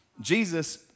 Jesus